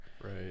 Right